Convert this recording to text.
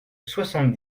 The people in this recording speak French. soixante